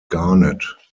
garnet